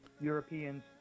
Europeans